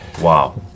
Wow